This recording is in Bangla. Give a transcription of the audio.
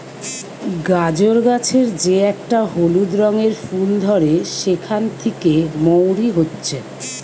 গাজর গাছের যে একটা হলুদ রঙের ফুল ধরে সেখান থিকে মৌরি হচ্ছে